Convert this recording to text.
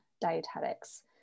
dietetics